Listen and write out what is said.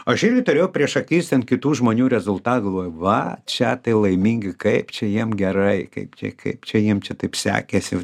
aš irgi turėjau prieš akis ten kitų žmonių rezultatus galvoju va čia tai laimingi kaip čia jiem gerai kaip čia kaip čia jiem čia taip sekėsi